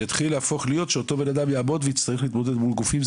אותו בן אדם יעמוד ויצטרך להתמודד מול גופים.